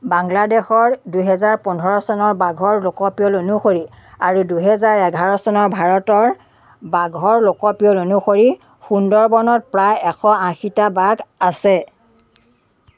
বাংলাদেশৰ দুহেজাৰ পোন্ধৰ চনৰ বাঘৰ লোকপিয়ল অনুসৰি আৰু দুহেজাৰ এঘাৰ চনৰ ভাৰতৰ বাঘৰ লোকপিয়ল অনুসৰি সুন্দৰবনত প্ৰায় এশ আশীটা বাঘ আছে